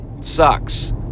sucks